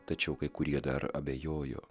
tačiau kai kurie dar abejojo